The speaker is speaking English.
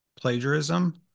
plagiarism